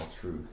truth